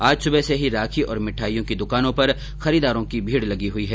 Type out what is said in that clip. आज सुबह से ही राखी और भिठाइयों की दुकानों पर खरीददारों की भीड़ लगी हुई है